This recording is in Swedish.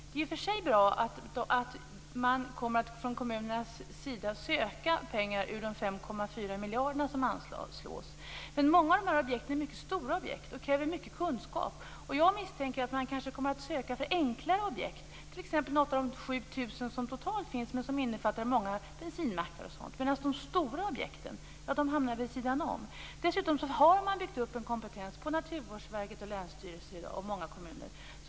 Det är i och för sig bra att man från kommunernas sida kommer att söka pengar ur de 5,4 miljarder som anslås. Men många av de här objekten är mycket stora. De kräver mycket kunskap. Jag misstänker att man kanske kommer att söka för enkla objekt, t.ex. något av de 7 000 som totalt finns, men som innefattar många bensinmackar och sådant medan de stora objekten hamnar vid sidan av. Dessutom har man byggt upp en kompetens på Naturvårdsverket, på länsstyrelser och i många kommuner i dag.